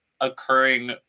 occurring